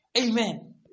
Amen